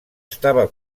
estava